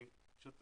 שוב,